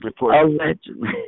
Allegedly